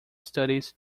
studies